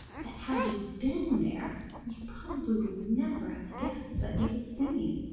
that had you been there you probably would never have guessed that he was singing.